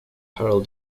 harald